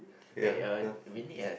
wait uh we need a